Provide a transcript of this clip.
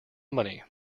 money